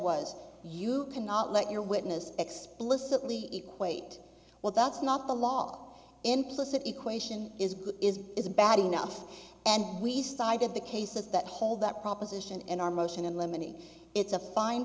was you cannot let your witness explicitly equate well that's not the law implicit equation is good is is bad enough and we started the cases that hold that proposition in our motion in limine it's a fine